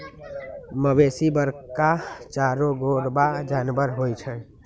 मवेशी बरका चरगोरबा जानबर होइ छइ